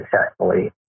successfully